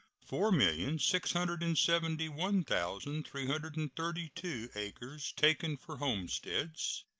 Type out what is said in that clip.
four million six hundred and seventy one thousand three hundred and thirty two acres taken for homesteads,